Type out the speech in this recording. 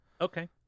okay